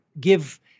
give